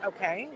Okay